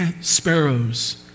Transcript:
sparrows